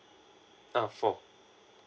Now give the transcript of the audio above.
uh four